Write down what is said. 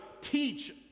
teach